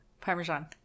parmesan